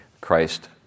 Christ